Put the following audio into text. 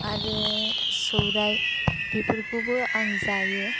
आरो सौराय बेफोरखौबो आं जायो